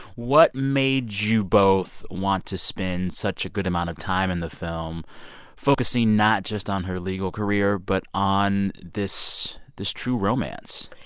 what made you both want to spend such a good amount of time in the film focusing not just on her legal career but on this this true romance?